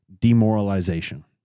demoralization